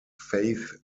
faith